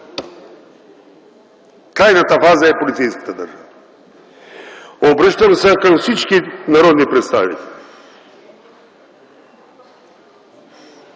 Крайната фаза е полицейска държава! Обръщам се към всички народни представители